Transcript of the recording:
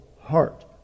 heart